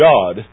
God